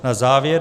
Na závěr.